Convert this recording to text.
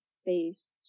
space